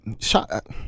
shot